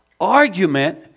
argument